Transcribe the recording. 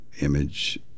image